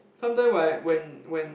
sometime when I when when